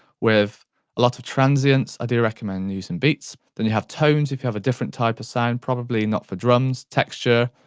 with a lot of transients, i do recommend using beats. then you have tones, if you have a different type of sound, probably not for drums. texture,